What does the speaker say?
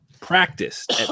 practiced